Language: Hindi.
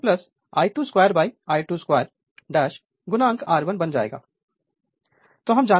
Refer Slide Time 1810 तो यह R2 I2 I22 R1 बन जाएगा